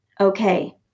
okay